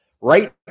Right